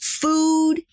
food